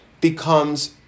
becomes